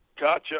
Gotcha